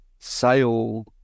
Sale